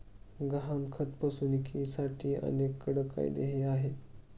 गहाणखत फसवणुकीसाठी अनेक कडक कायदेही आहेत